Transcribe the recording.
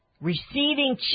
receiving